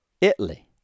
Italy